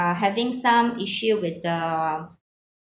uh having some issue with the